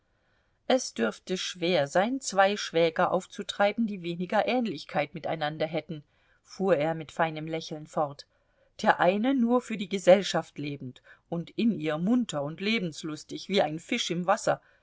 es dürfte schwer sein zwei schwäger aufzutreiben die weniger ähnlichkeit miteinander hätten fuhr er mit feinem lächeln fort der eine nur für die gesellschaft lebend und in ihr munter und lebenslustig wie ein fisch im wasser